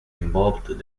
involved